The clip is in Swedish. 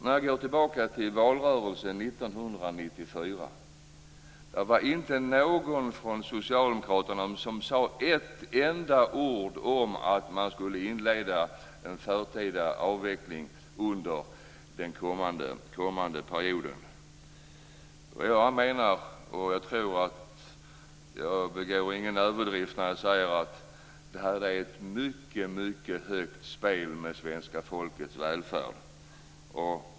Om vi går tillbaka till valrörelsen 1994 var det inte någon från socialdemokraterna som sade ett enda ord om att man skulle inleda en förtida avveckling under den kommande perioden. Jag menar, och jag tror inte att det är någon överdrift, att detta är ett mycket högt spel med svenska folkets välfärd.